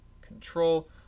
control